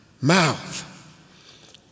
mouth